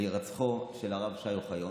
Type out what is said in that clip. להירצחו של הרב שי אוחיון.